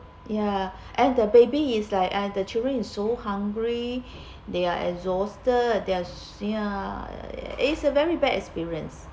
ya and the baby is like ah the children is so hungry they are exhausted they are ya is a very bad experience